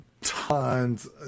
tons